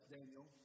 Daniel